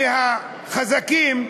כי החזקים,